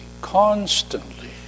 constantly